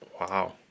Wow